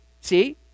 See